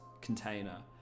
container